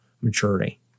maturity